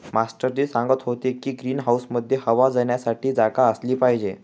master ji सांगत होते की ग्रीन हाऊसमध्ये हवा जाण्यासाठी जागा असली पाहिजे